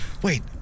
Wait